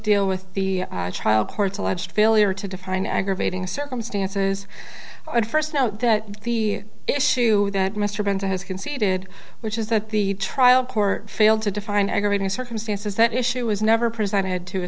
deal with the trial courts alleged failure to define aggravating circumstances and first now that the issue that mr banta has conceded which is that the trial court failed to define aggravating circumstances that issue was never presented to a